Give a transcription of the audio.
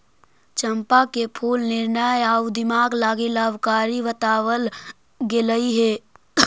चंपा के फूल निर्णय आउ दिमाग लागी लाभकारी बतलाबल गेलई हे